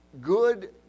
good